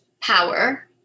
power